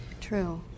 true